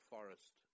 Forest